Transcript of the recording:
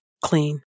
clean